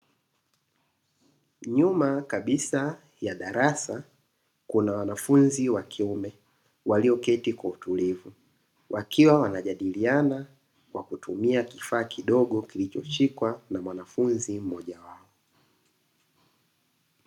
Nyuma kabisa ya darasa kuna wanafunzi wa kiume walioketi kwa utulivu, wakiwa wanajadiliana kwa kutumia kifaa kidogo kilichoshikwa na mwanafunzi mmojawapo.